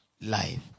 life